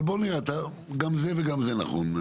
אבל נראה, גם זה נכון וגם זה נכון.